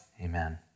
amen